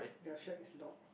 their fat is log